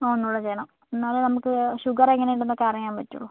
ആ ഒന്നുകൂടെ ചെയ്യണം എന്നാലേ നമുക്ക് ഷുഗർ എങ്ങനെ ഉണ്ടെന്നൊക്കെ അറിയാൻ പറ്റുള്ളൂ